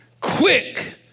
quick